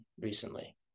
recently